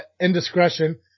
indiscretion